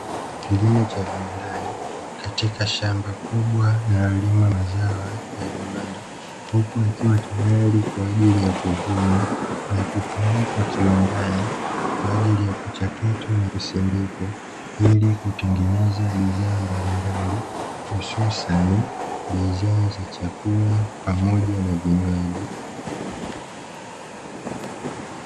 Kilimo cha viwandani katika shamba kubwa linalolima mazao ya viwanda, huku yakiwa tayali kwaajili ya kuvunwa na kupelekwa viwandani, kwa ajili ya kuchakatwa na kusindikwa ili kutengeneza bidhaa mbalimbali hususani bidhaa za chakula pamoja na vinywaji.